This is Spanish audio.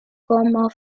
como